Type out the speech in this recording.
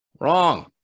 Wrong